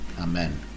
Amen